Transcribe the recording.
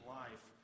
life